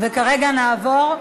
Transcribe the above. וכרגע נעבור,